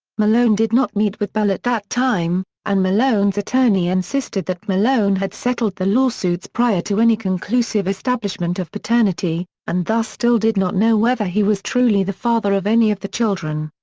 malone did not meet with bell at that time, and malone's attorney insisted that malone had settled the lawsuits prior to any conclusive establishment of paternity, and thus still did not know whether he was truly the father of any of the children.